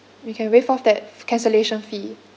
we can waive off that cancellation fee